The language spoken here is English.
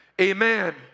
Amen